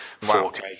4K